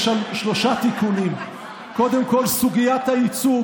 יש שלושה תיקונים: קודם כול סוגיית הייצוג.